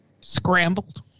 scrambled